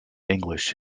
english